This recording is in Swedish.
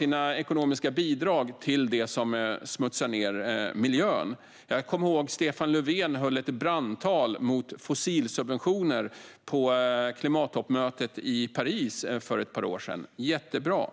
sina ekonomiska bidrag till det som smutsar ned miljön. Jag kommer ihåg att Stefan Löfven höll ett brandtal mot fossilsubventioner på klimattoppmötet i Paris för ett par år sedan. Jättebra!